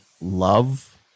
love